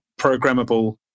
programmable